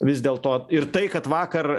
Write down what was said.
vis dėl to ir tai kad vakar